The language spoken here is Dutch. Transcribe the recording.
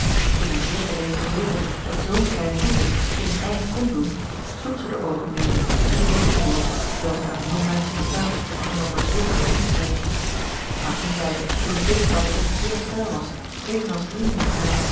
toen hij zeer beleefd verzekerde dat zoo'n klein voetje geen pijn kon doen sloeg zij de oogen neder en zweeg een poos zoo als het aan een jong meisje betaamt als men over zulke dingen spreekt maar toen zij op een punt waar de weg zeer steil was evenals rimini